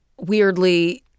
weirdly